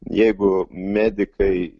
jeigu medikai